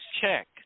check